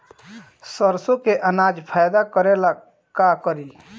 सरसो के अनाज फायदा करेला का करी?